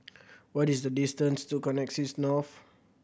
what is the distance to Connexis North